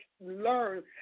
learn